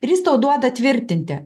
ir jis tau duoda tvirtinti